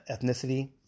ethnicity